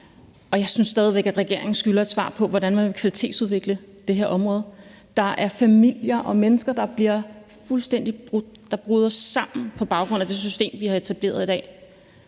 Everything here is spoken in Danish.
jeg synes stadig væk, at regeringen skylder et svar på, hvordan man vil kvalitetsudvikle det her område. Der er familier og mennesker, der bryder fuldstændig sammen på baggrund af det system, vi har etableret i dag.